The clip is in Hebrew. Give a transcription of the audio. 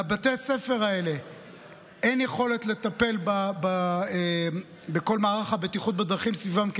לבתי הספר האלה אין יכולת לטפל בכל מערך הבטיחות בדרכים סביבם,